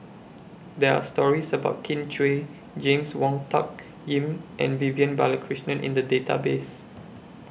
There Are stories about Kin Chui James Wong Tuck Yim and Vivian Balakrishnan in The Database